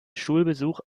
schulbesuch